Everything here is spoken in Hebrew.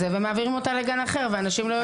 ומעבירים אותה לגן אחר ואנשים לא יודעים.